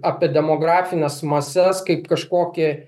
apie demografines mases kaip kažkokį